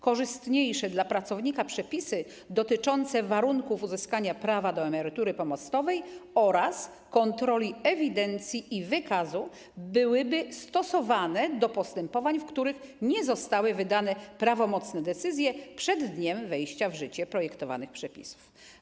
Korzystniejsze dla pracownika przepisy dotyczące warunków uzyskania prawa do emerytury pomostowej oraz kontroli ewidencji i wykazu byłyby stosowane do postępowań, w których nie zostały wydane prawomocne decyzje przed dniem wejścia w życie projektowanych przepisów.